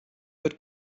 wird